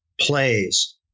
plays